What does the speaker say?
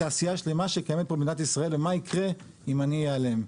תעשיה שלמה שקיימת פה במדינת ישראל ומה יקרה אם אני אעלם?